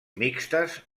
mixtes